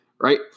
Right